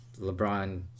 LeBron